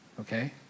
okay